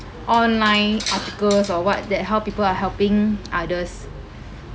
online articles or what that how people are helping others